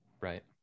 Right